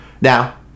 Now